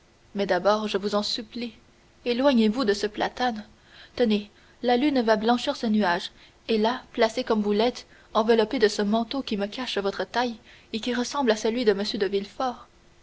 mais d'abord je vous en supplie éloignez-vous de ce platane tenez la lune va blanchir ce nuage et là placé comme vous l'êtes enveloppé de ce manteau qui me cache votre taille et qui ressemble à celui de m de